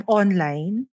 online